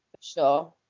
sure